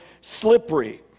slippery